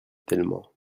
tellement